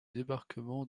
débarquement